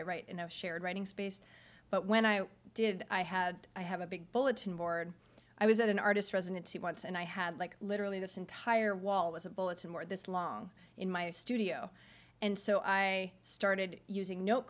i write in a shared writing space but when i did i had i have a big bulletin board i was at an artist's residency once and i had like literally this entire wall was a bulletin board this long in my studio and so i started using note